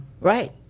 right